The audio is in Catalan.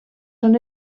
són